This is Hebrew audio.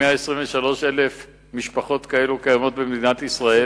123,000 משפחות כאלו קיימות במדינת ישראל.